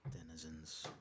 Denizens